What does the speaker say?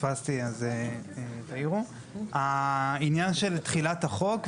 היא העניין של תחילת החוק,